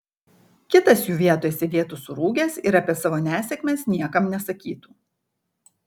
kitas jų vietoj sėdėtų surūgęs ir apie savo nesėkmes niekam nesakytų